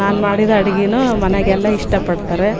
ನಾನು ಮಾಡಿದ ಅಡ್ಗೆ ಮನೆಗೆಲ್ಲ ಇಷ್ಟ ಪಡ್ತಾರೆ